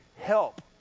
help